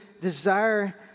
desire